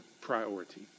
priority